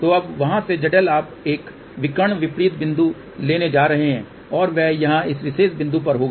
तो वहाँ से zL आप एक विकर्ण विपरीत बिंदु लेने जा रहे हैं और वह यहाँ इस विशेष बिंदु पर होगा